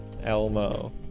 Elmo